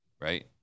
Right